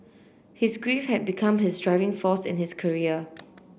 his grief had become his driving force in his career